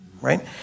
right